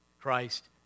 Christ